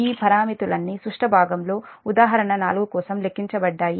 ఈ పారామితులన్నీ సుష్ట భాగంలో 'ఉదాహరణ 4' కోసం లెక్కించబడ్డాయి